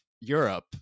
Europe